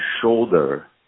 shoulder